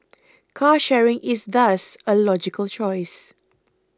car sharing is thus a logical choice